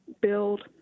build